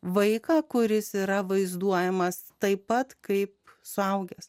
vaiką kuris yra vaizduojamas taip pat kaip suaugęs